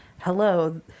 hello